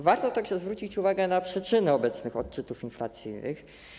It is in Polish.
Warto także zwrócić uwagę na przyczyny obecnych odczytów inflacyjnych.